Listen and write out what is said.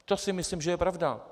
To si myslím, že je pravda.